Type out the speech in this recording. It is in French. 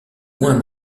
moins